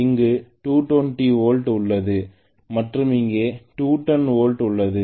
இங்கு 220 வோல்ட் உள்ளது மற்றும் இங்கே 210 வோல்ட் உள்ளது